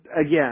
again